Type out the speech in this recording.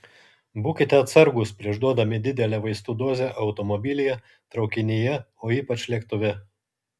būkite atsargūs prieš duodami didelę vaistų dozę automobilyje traukinyje o ypač lėktuve